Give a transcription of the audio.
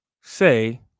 say